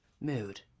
Mood